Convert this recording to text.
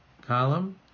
column